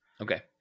okay